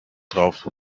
drauf